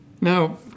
Now